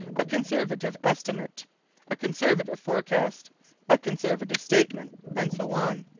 a conservative estimate a conservative forecast a conservative statement, and so on.